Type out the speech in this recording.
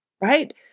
right